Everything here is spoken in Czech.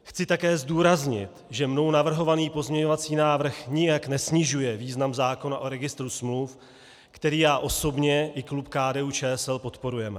Chci také zdůraznit, že mnou navrhovaný pozměňovací návrh nijak nesnižuje význam zákona o registru smluv, který já osobně i klub KDUČSL podporujeme.